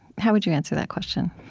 how would you answer that question?